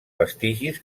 vestigis